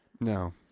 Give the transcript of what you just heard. No